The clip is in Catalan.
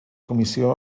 comissió